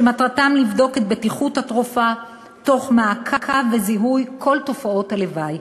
שמטרתם לבדוק את בטיחות התרופה תוך מעקב וזיהוי של כל תופעות הלוואי.